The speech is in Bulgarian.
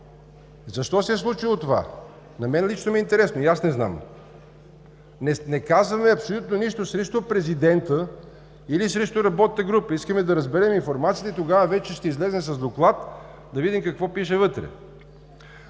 Защо се е случило това? На мен лично ми е интересно, аз не знам. Не казваме абсолютно нищо срещу президента или срещу работната група. Искаме да разберем информацията и тогава вече ще излезем с доклад, да видим какво пише вътре.